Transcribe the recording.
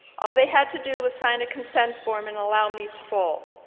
all they had to do was sign a consent form and allow me to bowl.